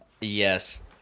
Yes